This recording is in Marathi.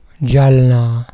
जालना